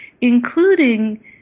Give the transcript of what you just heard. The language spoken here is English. including